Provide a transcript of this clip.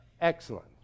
Excellent